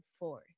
four